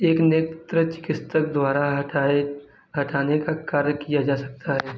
एक नेत्र चिकित्सक द्वारा हटाए हटाने का कार्य किया जा सकता है